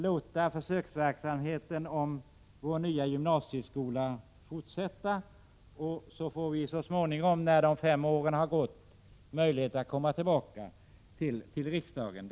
Om försöksverksamheten som gäller gymnasieskola i omvandling får fortsätta kan riksdagen när de fem åren har gått ta upp frågan igen.